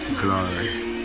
glory